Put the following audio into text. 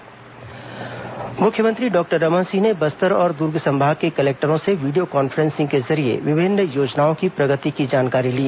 मुख्यमंत्री video conferencing मुख्यमंत्री doctor Raman Singh ने बस्तर और दुर्ग संभाग के कलेक्टरों से वीडियो कॉन्फ्रॉसिंग के जरिये विभिन्न योजनाओं की प्रगति की जानकारी ली